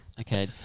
Okay